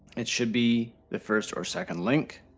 it should be the first or second link,